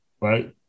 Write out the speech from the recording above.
right